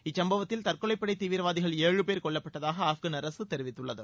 இச்சம்பவத்தில் தற்கொலைப் படை தீவிரவாதிகள் ஏழு பேர் கொல்லப்பட்டதாக ஆப்கள் அரசு தெரிவித்துள்ளது